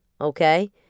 okay